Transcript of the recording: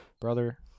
Brother